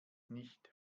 nicht